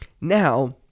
Now